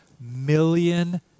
million